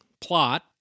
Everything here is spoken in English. plot